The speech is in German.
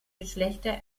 geschlechter